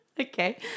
Okay